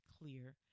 clear